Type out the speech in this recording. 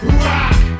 rock